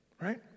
right